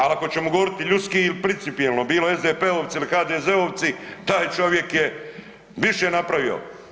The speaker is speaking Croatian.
Ali ako ćemo govoriti ljudski ili principijelno, bilo SDP-ovci ili HDZ-ovci taj čovjek je više napravio.